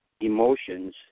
emotions